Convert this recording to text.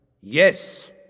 yes